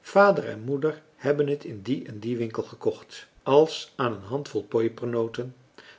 vader en moeder hebben het in dien en dien winkel gekocht als aan een handvol pepernoten